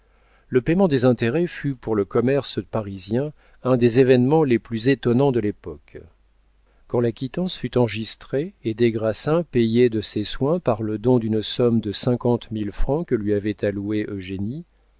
le payement des intérêts fut pour le commerce parisien un des événements les plus étonnants de l'époque quand la quittance fut enregistrée et des grassins payé de ses soins par le don d'une somme de cinquante mille francs que lui avait allouée eugénie